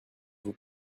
vous